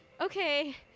Okay